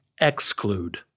exclude